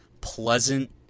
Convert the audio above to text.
pleasant